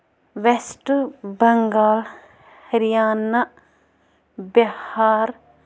waste Bengal Haryana Bihar